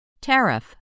Tariff